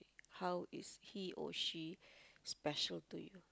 how is he or she special to you